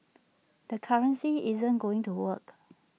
the currency isn't going to work